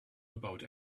about